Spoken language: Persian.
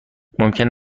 ممکن